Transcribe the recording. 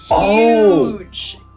huge